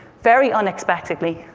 very unexpectedly,